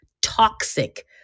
toxic